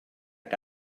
que